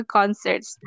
concerts